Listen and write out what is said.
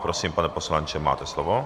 Prosím, pane poslanče, máte slovo.